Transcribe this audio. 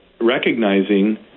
recognizing